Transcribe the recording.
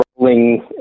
rolling